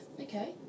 Okay